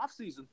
offseason